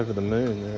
the moon,